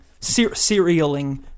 serialing